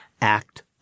act